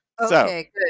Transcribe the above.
okay